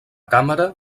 càmera